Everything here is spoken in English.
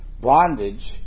bondage